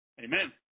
Amen